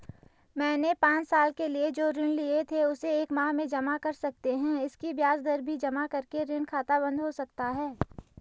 मैंने पांच साल के लिए जो ऋण लिए थे उसे एक माह में जमा कर सकते हैं इसकी ब्याज दर भी जमा करके ऋण खाता बन्द हो सकता है?